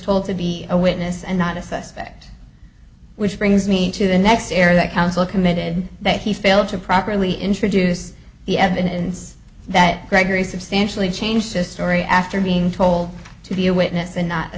told to be a witness and not a suspect which brings me to the next area that counsel committed that he failed to properly introduce the evidence that gregory substantially changed just story after being told to be a witness and not